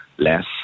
less